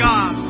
God